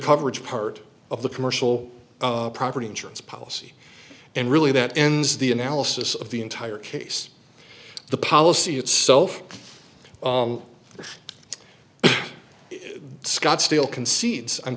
coverage part of the commercial property insurance policy and really that ends the analysis of the entire case the policy itself scotsdale concedes on